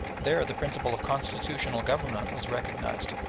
there the principle of constitutional government was recognised,